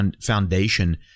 foundation